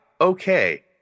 okay